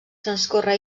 transcorre